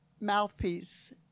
mouthpiece